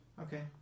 Okay